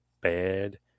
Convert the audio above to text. Bad